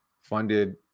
funded